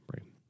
Right